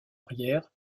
arrière